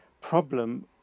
problem